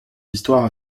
histoires